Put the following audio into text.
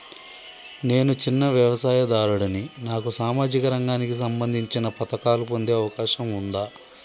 నేను చిన్న వ్యవసాయదారుడిని నాకు సామాజిక రంగానికి సంబంధించిన పథకాలు పొందే అవకాశం ఉందా?